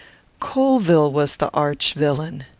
colvill was the arch-villain.